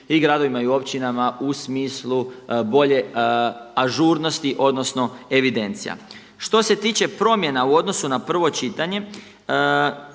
i gradovima i općinama u smislu bolje ažurnosti, odnosno evidencija. Što se tiče promjena u odnosu na prvo čitanje